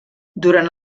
durant